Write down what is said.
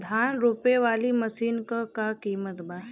धान रोपे वाली मशीन क का कीमत बा?